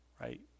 right